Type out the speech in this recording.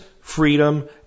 freedom